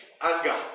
Anger